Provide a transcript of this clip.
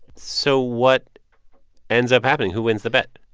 so what ends up happening? who wins the bet?